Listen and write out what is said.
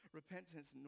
repentance